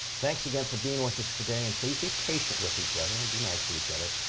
thanks again for being with us today, and please be patient with each other, and be nice to each other.